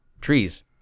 trees